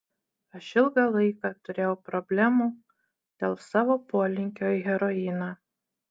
aš ilgą laiką turėjau problemų dėl savo polinkio į heroiną